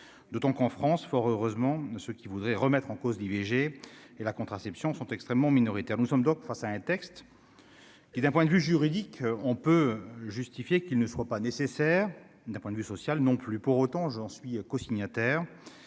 d'autant qu'en France, fort heureusement, de ceux qui voudraient remettre en cause l'IVG et la contraception sont extrêmement minoritaires, nous sommes donc face à un texte qui d'un point de vue juridique on peut justifier qu'il ne soit pas nécessaire d'un point de vue social non plus, pour autant, j'en suis signataire